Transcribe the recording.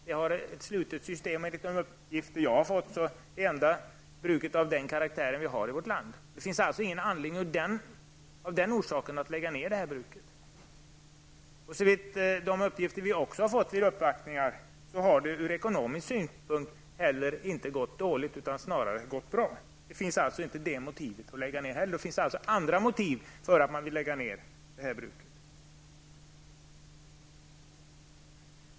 Det har ett slutet system, och enligt de uppgifter som jag har fått är Roma det enda bruket i vårt land av den karaktären. Det finns ingen anledning av den orsaken att lägga ned bruket. Enligt de uppgifter som vi har fått vid uppvaktningar har bruket ur ekonomisk synpunkt inte gått dåligt, utan snarare bra. Det motivet håller inte heller. Det finns andra motiv för att lägga ned bruket.